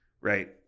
right